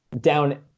down